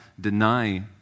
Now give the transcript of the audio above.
deny